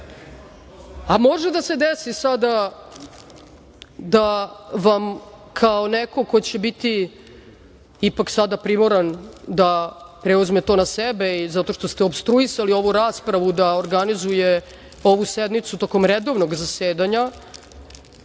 radi. Može da se desi sada da vam, kao neko ko će ipak sada biti primoran da preuzme to na sebe i zato što ste opstruisali ovu raspravu da organizuje ovu sednicu tokom redovnog zasedanja,